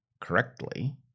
correctly